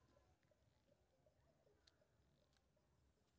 बड़ी इलायची के प्रयोग भोजन मे स्वाद आ सुगंध खातिर कैल जाइ छै